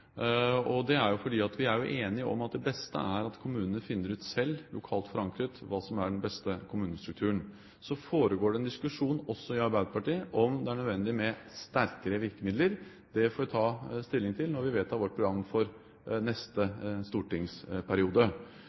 Det er jo fordi vi er enige om at det beste er at kommunene selv finner ut, lokalt forankret, hva som er den beste kommunestrukturen. Så foregår det en diskusjon også i Arbeiderpartiet om det er nødvendig med sterkere virkemidler. Det får vi ta stilling til når vi vedtar vårt program for neste stortingsperiode.